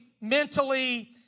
mentally